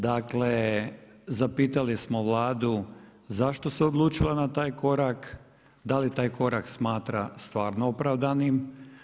Dakle, zapitali smo Vladu zašto se odlučila na taj korak, da li taj korak smatra stvarno opravdanim.